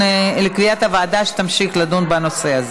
עברה בקריאה הראשונה ועוברת לוועדה לקידום מעמד האישה.